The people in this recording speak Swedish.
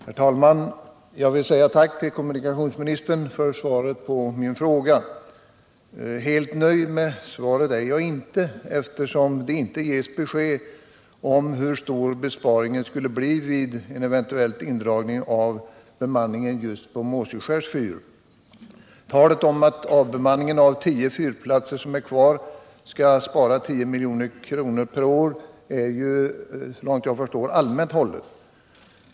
Herr talman! Jag vill säga tack till kommunikationsministern för svaret på min fråga. Helt nöjd med svaret är jag inte, eftersom det inte ger besked om hur stor besparingen skulle bli vid en eventuell indragning av bemanningen på just Måseskärs fyr. Talet om att avbemanningen av de tio fyrplatser som är kvar skulle spara 10 milj.kr. per år är såvitt jag förstår allmänt hållet.